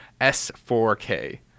S-4-K